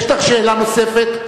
יש לך שאלה נוספת?